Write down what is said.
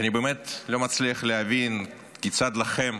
שאני באמת לא מצליח להבין כיצד לכם,